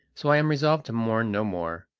so i am resolved to mourn no more,